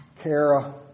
Kara